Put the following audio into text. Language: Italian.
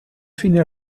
fine